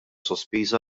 sospiża